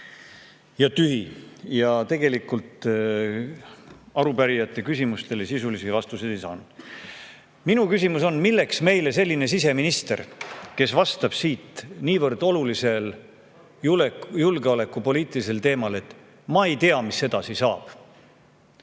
ja tühi. Tegelikult arupärijad oma küsimustele sisulisi vastuseid ei saanud. Minu küsimus on, milleks meile selline siseminister, kes vastab niivõrd olulisel julgeolekupoliitilisel teemal, et ta ei tea, mis edasi saab.